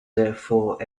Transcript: therefore